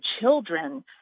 children